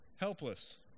helpless